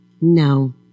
No